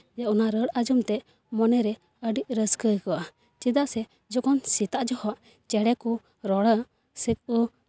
ᱚᱱᱟ ᱨᱟᱹᱲ ᱟᱸᱡᱚᱢ ᱛᱮ ᱢᱚᱱᱮᱨᱮ ᱟᱹᱰᱤ ᱨᱟᱹᱥᱠᱟᱹ ᱟᱹᱭᱠᱟᱹᱜᱼᱟ ᱪᱮᱫᱟᱜ ᱥᱮ ᱡᱚᱠᱷᱚᱱ ᱥᱮᱛᱟᱜ ᱡᱚᱦᱚᱜ ᱪᱮᱬᱮ ᱠᱚ ᱨᱚᱲᱟ ᱥᱮᱠᱚ